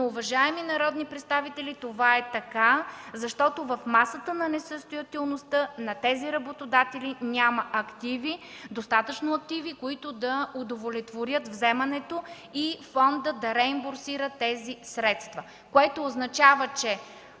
Но, уважаеми народни представители, това е така, защото в масата на несъстоятелността на тези работодатели няма достатъчно активи, които да удовлетворят вземането и фонда да реимбурсира тези средства, което означава, че